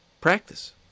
practice